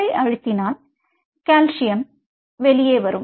அதை அழுத்தினால் கால்சியம் வெளியே வரும்